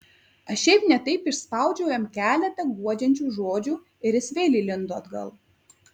aš šiaip ne taip išspaudžiau jam keletą guodžiančių žodžių ir jis vėl įlindo atgal